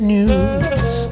News